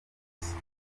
yavutse